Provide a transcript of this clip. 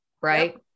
Right